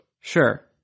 Sure